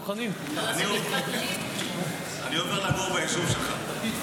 אני עובר לגור ביישוב שלך.